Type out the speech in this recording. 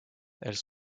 elles